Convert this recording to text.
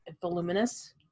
voluminous